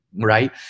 right